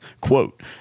quote